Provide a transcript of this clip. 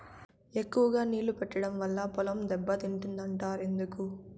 ఎక్కువగా నీళ్లు పెట్టడం వల్ల పొలం దెబ్బతింటుంది అంటారు ఎందుకు?